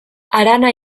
harana